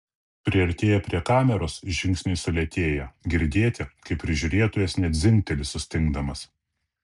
priartėję prie kameros žingsniai sulėtėja girdėti kaip prižiūrėtojas net dzingteli sustingdamas